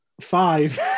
five